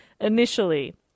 Initially